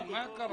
מה קרה?